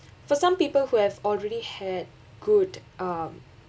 for some people who have already had good um